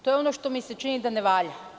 To je ono što mi se čini da ne valja.